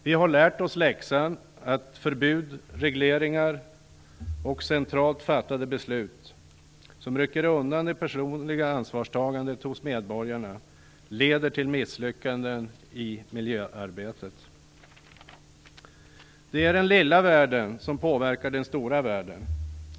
Vi har lärt oss läxan: att förbud, regleringar och centralt fattade beslut som rycker undan det personliga ansvarstagandet hos medborgarna leder till misslyckanden i miljöarbetet. Det är den lilla världen som påverkar den stora världen.